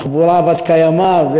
תחבורה בת-קיימא,